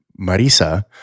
Marisa